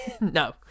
No